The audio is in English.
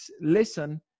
listen